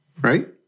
right